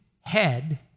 head